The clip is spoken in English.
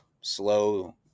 slow